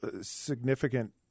significant